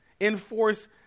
enforce